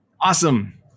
awesome